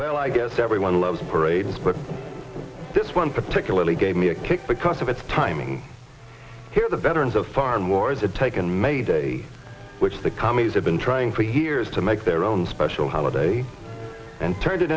well i guess everyone loves parades but this one particularly gave me a kick because of its timing here the veterans of foreign wars had taken mayday which the commies have been trying for years to make their own special holiday and turned it